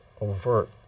overt